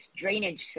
drainage